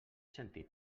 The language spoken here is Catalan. sentit